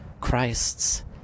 Christs